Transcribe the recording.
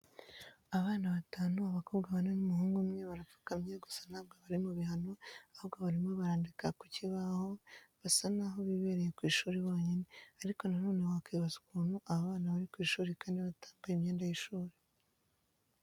Abana batanu, abakobwa bane n'umuhungu umwe, barapfukamye gusa ntabwo bari mu bihano ahubwo barimo barandika ku kibaho basa naho bibereye ku ishuri bonyine, ariko nanone wakwibaza ukuntu aba bana bari ku ishuri kandi batambaye imyenda y'ishuri.